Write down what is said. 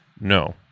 no